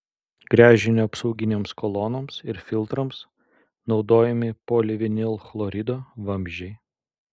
gręžinio apsauginėms kolonoms ir filtrams naudojami polivinilchlorido vamzdžiai